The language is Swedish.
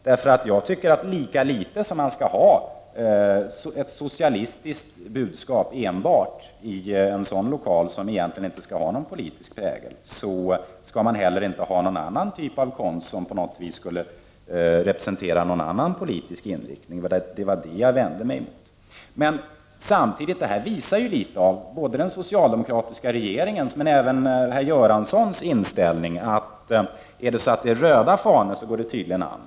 Lika litet som man enbart skall ha ett socialistiskt budskap i denna typ av lokal som egentligen inte skall ha någon politisk prägel, skall man inte heller ha konst som representerar någon annan politisk inriktning. Det var vad jag vände mig emot. Men detta visar samtidigt litet av både den socialdemokratiska regeringens och herr Göranssons inställning i den här frågan. Är det fråga om röda fanor går det tydligen an.